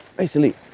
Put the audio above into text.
basically,